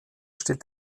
stellt